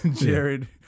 Jared